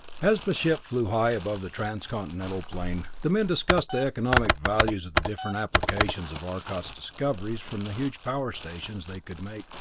as the ship flew high above the transcontinental plane, the men discussed the economic values of the different applications of arcot's discoveries from the huge power stations they could make,